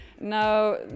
Now